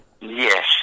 Yes